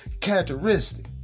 characteristic